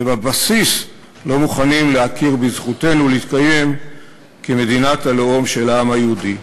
ובבסיס לא מוכנים להכיר בזכותנו להתקיים כמדינת הלאום של העם היהודי.